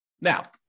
Now